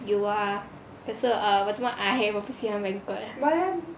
有啊可是啊我我不喜欢 banquet